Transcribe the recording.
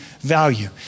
value